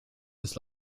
his